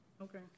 Okay